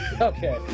okay